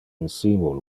insimul